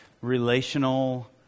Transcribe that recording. relational